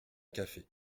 café